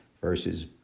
versus